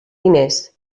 diners